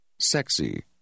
Sexy